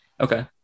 okay